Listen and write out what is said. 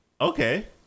okay